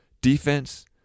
defense